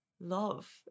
love